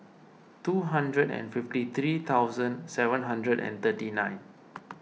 two hundred and fifty three thousand seven hundred and thirty nine